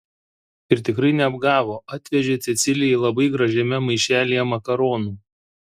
ir tikrai neapgavo atvežė cecilijai labai gražiame maišelyje makaronų